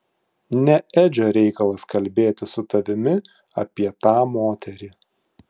ne edžio reikalas kalbėti su tavimi apie tą moterį